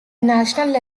national